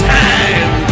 time